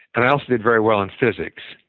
i also did very well in physics.